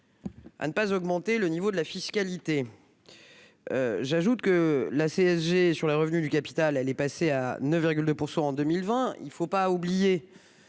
à ne pas augmenter le niveau de la fiscalité. J'ajoute que la CSG sur les revenus du capital est passée à 9,2 % en 2020, sans oublier